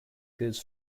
goes